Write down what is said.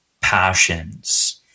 passions